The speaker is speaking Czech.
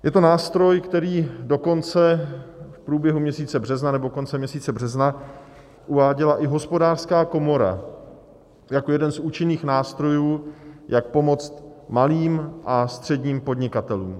Je to nástroj, který dokonce v průběhu měsíce března nebo koncem měsíce března uváděla i Hospodářská komora jako jeden z účinných nástrojů, jak pomoct malým a středním podnikatelům.